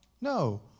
No